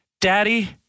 Daddy